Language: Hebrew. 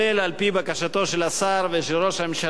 על-פי בקשתם של השר ושל ראש הממשלה,